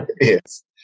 Yes